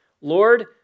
Lord